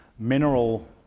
mineral